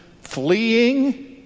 fleeing